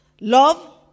love